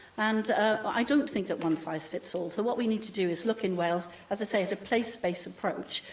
and i don't think that one size fits all, so what we need to do is look in wales, as i say, at a place-based approach,